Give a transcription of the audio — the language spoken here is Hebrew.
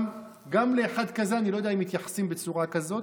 גם לאחד כזה אני לא יודע אם מתייחסים בצורה כזאת.